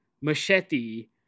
Machete